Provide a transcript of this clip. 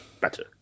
better